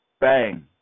Bang